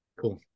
Cool